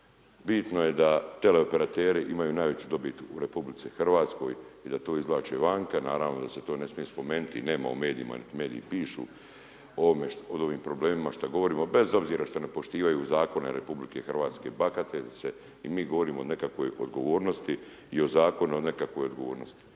bitno je da teleoperateri imaju najveću dobit u RH i da to izvlače vanka, naravno da se to ne smije spomenut i nema u medijima, nit mediji pišu o ovim problemima što govorimo bez obzira što ne poštivaju zakone RH, bahate se i mi govorimo o nekakvoj odgovornosti i o zakonu o nekakvoj odgovornosti.